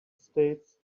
states